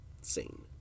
scene